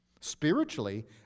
spiritually